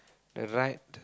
the right